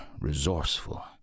resourceful